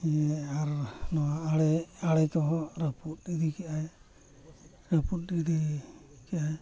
ᱟᱨ ᱟᱬᱮ ᱟᱬᱮ ᱠᱚᱦᱚᱸ ᱨᱟᱹᱯᱩᱫ ᱠᱮᱜᱼᱟᱭ ᱨᱟᱹᱯᱩᱫ ᱤᱫᱤ ᱠᱮᱜ ᱟᱭ